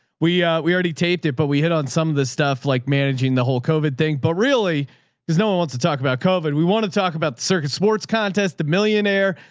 we, we already taped it, but we hit on some of this stuff like managing the whole covid thing, but really there's no one wants to talk about covid. we want to talk about the circuit sports contest, the millionaire,